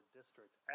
district